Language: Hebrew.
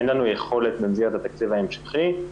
אין לנו יכולת במסגרת התקציב ההמשכי.